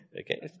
Okay